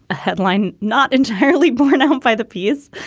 a headline not entirely borne out by the piece.